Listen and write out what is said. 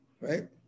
Right